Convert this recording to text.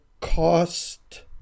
cost